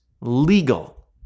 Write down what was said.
legal